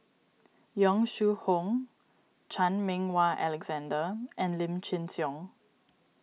Yong Shu Hoong Chan Meng Wah Alexander and Lim Chin Siong